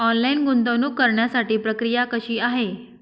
Online गुंतवणूक करण्यासाठी प्रक्रिया कशी आहे?